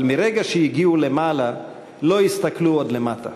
אבל מרגע שהגיעו למעלה לא הסתכלו עוד למטה.